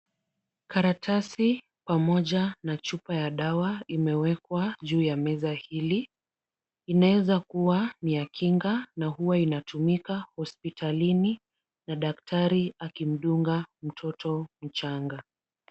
Karatasi pamoja na chupa ya dawa imewekwa juu ya meza hili inaweza kuwa ni ya kinga na inatumika hospitalini na daktari akimdunga mtoto mchanga.